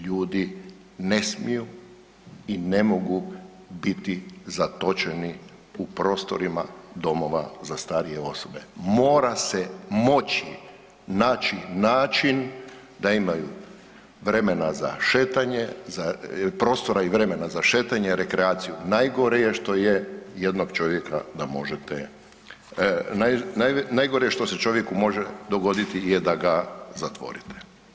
Ljudi ne smiju i ne mogu biti zatočeni u prostorima domova za starije osoba, mora se moći naći način da imaju vremena za šetanje, za, prostora i vremena za šetanje, rekreaciju, najgorije je što je jednog čovjeka da možete, najgore je što se čovjeku može dogoditi je da ga zatvorite.